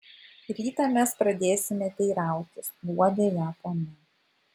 rytą mes pradėsime teirautis guodė ją ponia